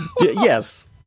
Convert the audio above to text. Yes